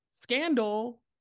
scandal